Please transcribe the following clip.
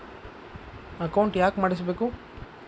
Account ಯಾಕ್ ಮಾಡಿಸಬೇಕು?